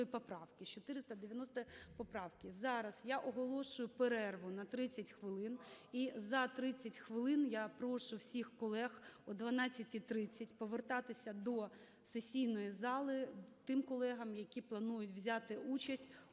Зараз я оголошую перерву на 30 хвилин. І за 30 хвилин я прошу всіх колег о 12:30 повертатися до сесійної зали тим колегам, які планують взяти участь у